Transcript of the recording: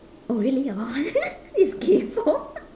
oh really orh he's kaypoh